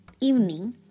evening